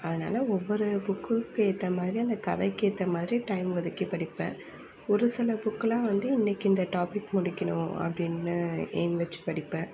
அதனால் ஒவ்வொரு புக்குக்கு ஏற்றா மாதிரி அந்த கதைக்கு ஏற்ற மாதிரி டைம் ஒதுக்கி படிப்பேன் ஒரு சில புக்குலாம் வந்து இன்றைக்கு இந்த டாபிக் முடிக்கணும் அப்படின்னு எய்ம் வச்சு படிப்பேன்